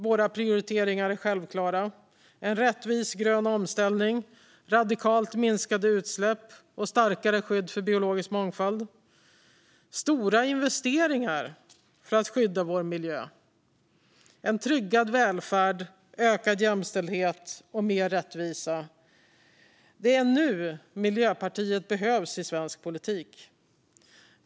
Våra prioriteringar är självklara: en rättvis grön omställning, radikalt minskade utsläpp, starkare skydd för biologisk mångfald, stora investeringar för att skydda vår miljö, en tryggad välfärd, ökad jämställdhet och mer rättvisa. Det är nu som Miljöpartiet behövs i svensk politik.